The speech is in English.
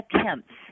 attempts